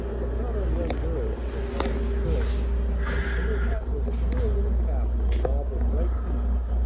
but not on young girls in the town of sterling and her hat was a queer little cap with a knob of bright beads,